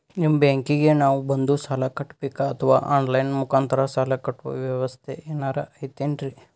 ನಿಮ್ಮ ಬ್ಯಾಂಕಿಗೆ ನಾವ ಬಂದು ಸಾಲ ಕಟ್ಟಬೇಕಾ ಅಥವಾ ಆನ್ ಲೈನ್ ಮುಖಾಂತರ ಸಾಲ ಕಟ್ಟುವ ವ್ಯೆವಸ್ಥೆ ಏನಾರ ಐತೇನ್ರಿ?